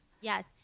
Yes